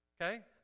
Okay